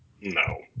No